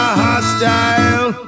hostile